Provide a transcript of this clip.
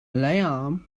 malayalam